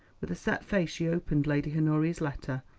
with a set face she opened lady honoria's letter,